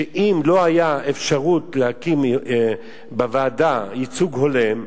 שאם לא היתה אפשרות להקים בוועדה ייצוג הולם,